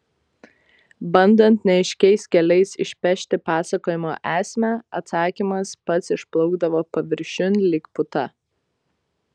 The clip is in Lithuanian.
bandant neaiškiais keliais išpešti pasakojimo esmę atsakymas pats išplaukdavo paviršiun lyg puta